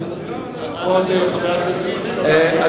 כבוד חבר הכנסת חסון, בבקשה.